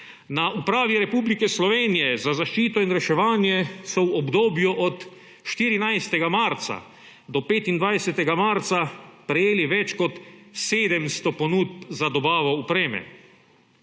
Na Upravi Republike Slovenije za zaščito in reševanje so v obdobju od 14. marca do 25. marca prejeli več kot 700 ponudb za dobavo opreme,